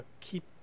keep